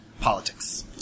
politics